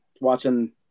watching